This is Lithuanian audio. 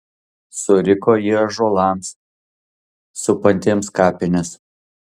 suriko ji ąžuolams supantiems kapines